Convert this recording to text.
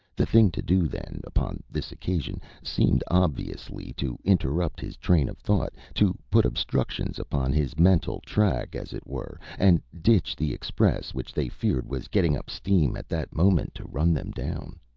the thing to do, then, upon this occasion, seemed obviously to interrupt his train of thought to put obstructions upon his mental track, as it were, and ditch the express, which they feared was getting up steam at that moment to run them down.